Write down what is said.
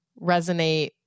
resonate